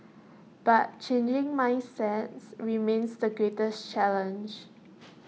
but changing mindsets remains the greatest challenge